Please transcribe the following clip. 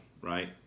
right